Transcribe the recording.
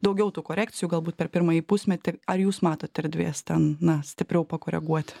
daugiau tų korekcijų galbūt per pirmąjį pusmetį ar jūs matot erdvės ten na stipriau pakoreguoti